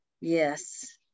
yes